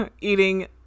eating